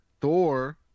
Thor